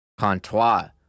Contois